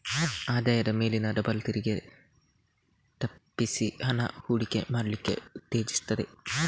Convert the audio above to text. ಆದಾಯದ ಮೇಲಿನ ಡಬಲ್ ತೆರಿಗೆ ತಪ್ಪಿಸಿ ಹಣ ಹೂಡಿಕೆ ಮಾಡ್ಲಿಕ್ಕೆ ಉತ್ತೇಜಿಸ್ತದೆ